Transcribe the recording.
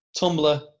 Tumblr